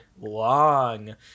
long